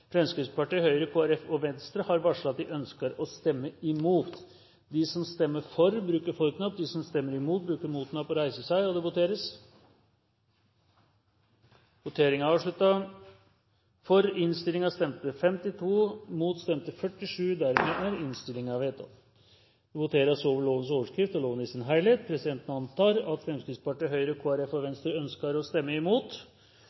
Fremskrittspartiet, Høyre, Kristelig Folkeparti og Venstre har varslet at de ønsker å stemme imot. Det voteres over lovens overskrift og loven i sin helhet. Presidenten antar at Fremskrittspartiet, Høyre, Kristelig Folkeparti og